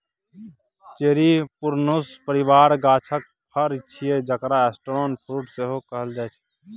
cherry prunus परिबारक गाछक फर छियै जकरा स्टोन फ्रुट सेहो कहल जाइ छै